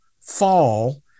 fall